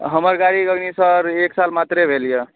हमर गाड़ीके अखन सर एक साल मात्रे भेलैया